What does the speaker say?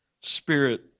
spirit